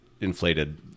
inflated